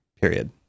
period